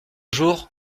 jour